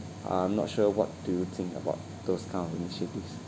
I'm not sure what do you think about those kind of initiatives